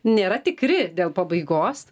nėra tikri dėl pabaigos